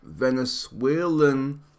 venezuelan